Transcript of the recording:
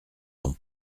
ont